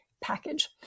package